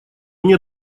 мне